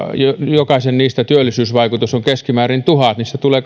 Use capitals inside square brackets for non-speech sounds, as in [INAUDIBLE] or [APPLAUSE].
jokaisen niistä työllisyysvaikutus on keskimäärin tuhat niistä tulee [UNINTELLIGIBLE]